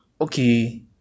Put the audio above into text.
okay